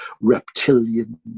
reptilian